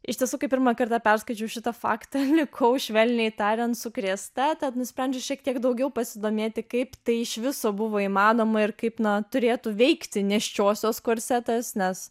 iš tiesų kai pirmą kartą perskaičiau šitą faktą likau švelniai tariant sukrėsta tad nusprendžiau šiek tiek daugiau pasidomėti kaip tai iš viso buvo įmanoma ir kaip na turėtų veikti nėščiosios korsetas nes